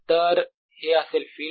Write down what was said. तर हे असेल फिल्ड